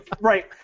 right